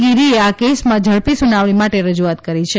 ગીરીએ આ કેસમાં ઝડપી સુનાવણી માટે રજુઆત કરી છે